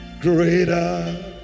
Greater